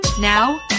Now